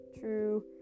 true